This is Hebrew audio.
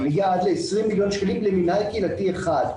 זה מגיע עד ל-20 מיליון שקלים למינהל קהילתי אחד.